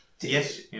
Yes